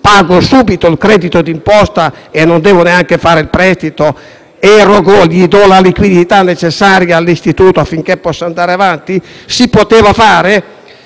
«pago subito il credito d'imposta e non devo neanche fare il prestito; erogo e do la liquidità necessaria all'istituto affinché possa andare avanti»? Si sarebbe